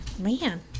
Man